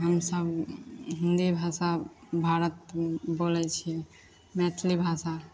हमसब हिंदी भाषा भारत बोलैत छियै मैथिली भाषा